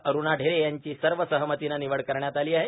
अरुणा ढेरे यांची सवसहमतीने र्निवड करण्यात आलो आहे